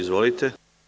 Izvolite.